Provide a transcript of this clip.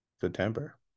September